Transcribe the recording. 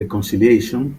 reconciliation